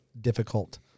difficult